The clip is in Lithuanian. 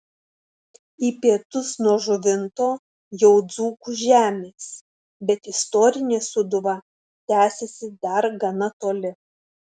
į pietus nuo žuvinto jau dzūkų žemės bet istorinė sūduva tęsiasi dar gana toli